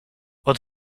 wat